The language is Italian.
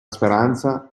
speranza